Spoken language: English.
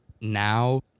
now